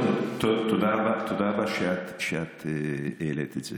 תודה רבה שאת העלית את זה.